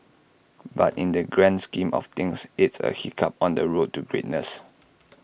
but in the grand scheme of things it's A hiccup on the road to greatness